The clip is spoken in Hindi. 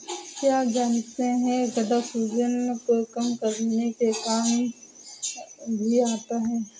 क्या आप जानते है गदा सूजन को कम करने के काम भी आता है?